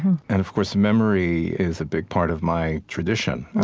and of course, memory is a big part of my tradition,